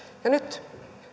ja nyt